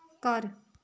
ਘਰ